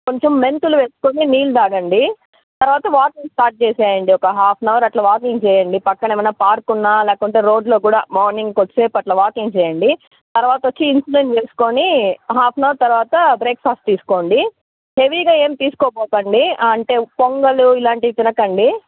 కొంచెం మెంతులు వేసుకుని నీళ్లు తాగండి తర్వాత వాకింగ్ స్టార్ట్ చేసేయండి ఒక హాఫ్ అన్ అవర్ అట్లా వాకింగ్ చేయండి పక్కన ఏమైనా పార్కు ఉన్న లేకుంటే రోడ్లో కూడా మార్నింగ్ కొద్దిసేపట్లా వాకింగ్ చేయండి తర్వాతొచ్చి ఇన్సులిన్ వేసుకుని హాఫ్ అన్ అవర్ తర్వాత బ్రేక్ఫాస్ట్ తీసుకోండి హెవీగా ఏమి తీసుకోపోకండి అంటే పొంగలు ఇలాంటివి తినకండి